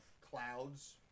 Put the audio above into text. clouds